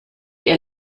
ihr